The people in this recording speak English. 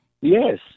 Yes